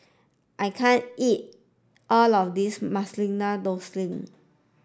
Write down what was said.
I can't eat all of this Masala Dosa